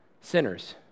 sinners